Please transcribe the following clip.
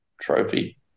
Trophy